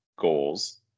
goals